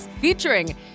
featuring